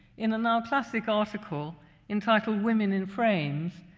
in a now classic article entitled women in frames,